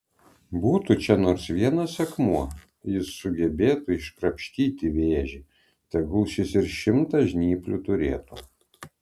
būtų čia nors vienas akmuo jis sugebėtų iškrapštyti vėžį tegul šis ir šimtą žnyplių turėtų